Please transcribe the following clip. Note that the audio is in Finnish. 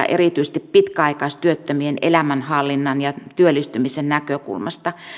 erityisesti pitkäaikaistyöttömien elämänhallinnan ja työllistymisen näkökulmasta